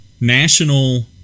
national